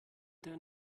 der